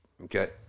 Okay